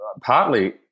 Partly